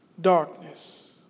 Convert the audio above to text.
darkness